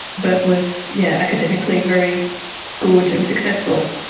but was yeah academically very good and successful.